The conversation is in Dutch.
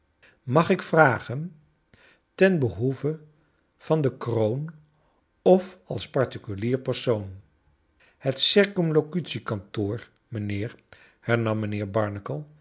mag ik vragen ten be hoeve van cle kroon of als particulier persoon het c k mijnheer j hernam mijnheer barnacle